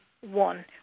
one